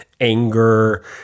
anger